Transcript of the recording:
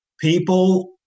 people